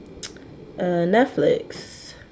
Netflix